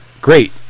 Great